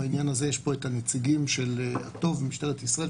בעניין הזה נמצאים פה נציגי משטרת ישראל,